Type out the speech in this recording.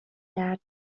درد